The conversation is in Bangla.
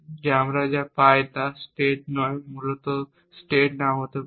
যে আমরা যা পাই তা স্টেট নয় মূলত স্টেট নাও হতে পারে